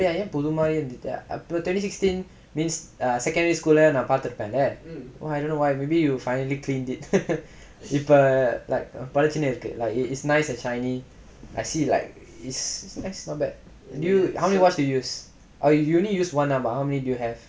eh ஏன் புது மாறியே இந்துட்டியா:yaen puthu maariyae inthuttiyaa twenty sixteen means secondary school நா பாத்திருப்பேலே:paathiruppaelae eh I don't why maybe you finally clean it இப்ப பளிச்சுனு இருக்கு:ippa palichunu irukku like it it's nice and shiny I see like is quite not bad how many watch do you use oh you only use one lah but how many watch do you have